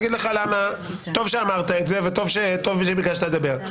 טוב שאמרת את זה וטוב שביקשת לדבר.